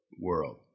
world